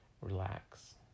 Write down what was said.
relax